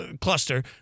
cluster